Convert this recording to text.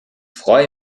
freue